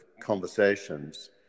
conversations